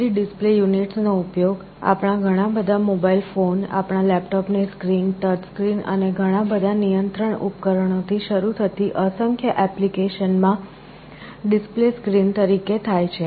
LCD display units નો ઉપયોગ આપણા ઘણા બધા મોબાઇલ ફોન આપણા લેપટોપ ની સ્ક્રીન ટચ સ્ક્રીન અને ઘણા બધા નિયંત્રણ ઉપકરણોથી શરૂ થતી અસંખ્ય એપ્લિકેશનમાં ડિસ્પ્લે સ્ક્રીન તરીકે થાય છે